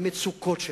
למצוקות שלו.